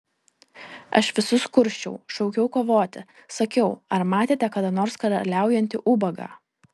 aš visus kursčiau šaukiau kovoti sakiau ar matėte kada nors karaliaujantį ubagą